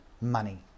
Money